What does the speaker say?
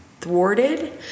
thwarted